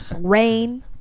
Rain